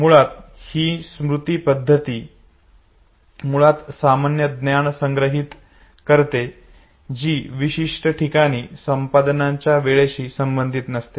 म्हणून ही स्मृती पद्धती मुळात सामान्य ज्ञान संग्रहित करते जी विशिष्ट ठिकाणी आणि संपादनाच्या वेळेशी संबंधित नसते